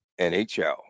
NHL